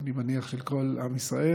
אני מניח של כל עם ישראל,